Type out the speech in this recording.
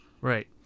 Right